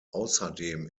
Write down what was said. außerdem